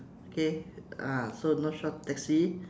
okay uh so north shore taxi